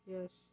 Yes